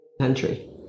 country